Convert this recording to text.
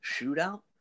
shootout